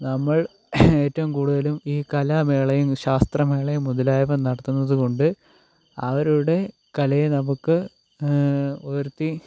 നമ്മൾ ഏറ്റവും കൂടുതലും ഈ കലാമേളയും ശാസ്ത്രമേളയും മുതലായവ നടത്തുന്നതുകൊണ്ട് അവരുടെ കലയെ നമുക്ക് ഉയർത്തി